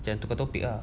saya tukar topic ah